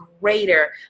greater